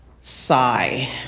sigh